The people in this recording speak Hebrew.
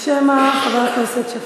או שמא חברת הכנסת שפיר.